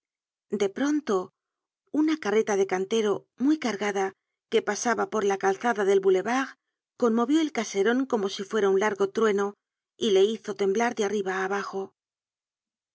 de pronto una carreta de cantero muy cargada que pasaba por la calzada del boulevard conmovió el caseron como si fuera un largo trueno y le hizo temblar de arriba á abajo